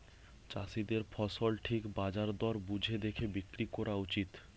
চাষীদের ফসল ঠিক বাজার দর বুঝে দেখে বিক্রি কোরা উচিত